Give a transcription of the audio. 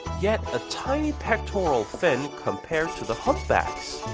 yet a tiny pectoral fin compared to the humpback's!